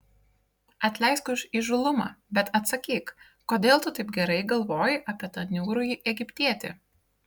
atleisk už įžūlumą bet atsakyk kodėl tu taip gerai galvoji apie tą niūrųjį egiptietį